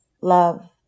love